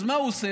אז מה הוא עושה?